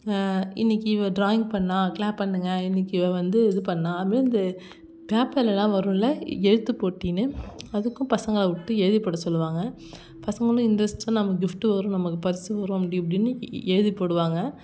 இன்றைக்கி இவள் ட்ராயிங் பண்ணால் க்ளாப் பண்ணுங்கள் இன்றைக்கி இவள் வந்து இது பண்ணிணா அப்படின்னு வந்து பேப்பர்ல்லாம் வரும்ல எழுத்து போட்டின்னு அதுக்கும் பசங்களை விட்டு எழுதி போட சொல்லுவாங்க பசங்களும் இன்ட்ரெஸ்டாக நமக்கு கிஃப்ட்டு வரும் நமக்கு பரிசு வரும் அப்படி இப்படின்னு எழுதி போடுவாங்க